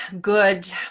good